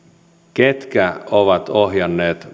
ketkä ovat ohjanneet